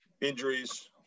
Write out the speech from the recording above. Injuries